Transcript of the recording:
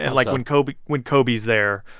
and like when cobie's when cobie's there,